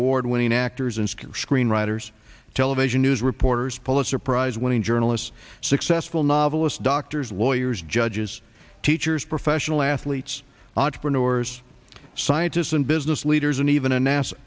award winning actors and scare screenwriters television news reporters pulitzer prize winning journalist successful novelist doctors lawyers judges teachers professional athletes entrepreneurs scientists and business leaders and even a nasa